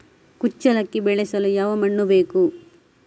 ಕುಚ್ಚಲಕ್ಕಿ ಬೆಳೆಸಲು ಯಾವ ಮಣ್ಣು ಬೇಕು?